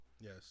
Yes